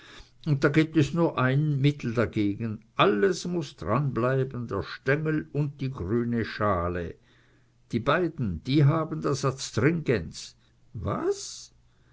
und da gibt es nur ein mittel dagegen alles muß dran bleiben der stengel und die grüne schale die beiden die haben das adstringens was